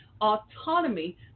autonomy